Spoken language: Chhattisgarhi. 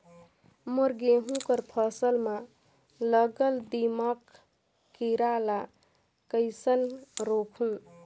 मोर गहूं कर फसल म लगल दीमक कीरा ला कइसन रोकहू?